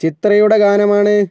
ചിത്രയുടെ ഗാനമാണ്